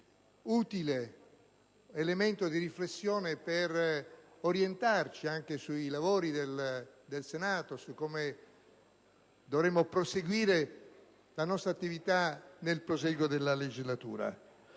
utili elementi di riflessione per orientarci anche sui lavori del Senato, su come dovremo proseguire la nostra attività nel corso della legislatura.